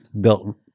built